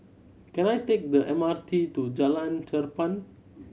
can I take the M R T to Jalan Cherpen